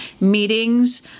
meetings